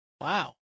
Wow